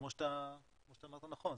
כמו שאתה אמרת נכון,